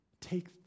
take